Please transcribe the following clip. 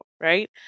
right